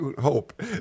hope